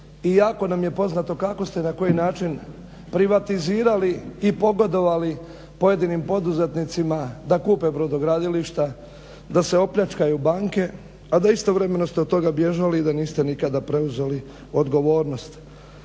ako nam je poznato kako ste i na koji način privatizirali i pogodovali pojedinim poduzetnicima da kupe brodogradilišta, da se opljačkaju banke, a da istovremeno ste od toga bježali i da niste nikada preuzeli odgovornost.